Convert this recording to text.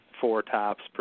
four-tops